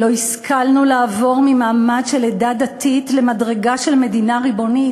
לא השכלנו לעבור ממעמד של עדה דתית למדרגה של מדינה ריבונית,